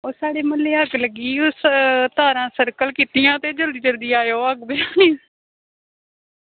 ओह् साढ़े म्हल्ले अग्ग लग्गी ते तारां सर्किल कीतियां ते जल्दी जल्दी आएओ अग्ग बुझाने ई